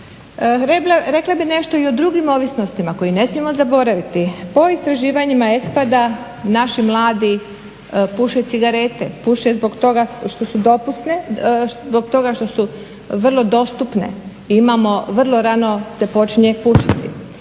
Rekla bi nešto i o drugim ovisnostima koje ne smijemo zaboraviti, po istraživanjima ESPAD-a naši mladi puše cigarete, puše zbog toga što su vrlo dostupne i imamo, vrlo rano se počinje pušiti.